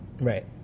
Right